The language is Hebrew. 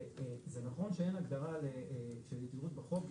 זה נכון שאין הגדרה של יתירות בחוק.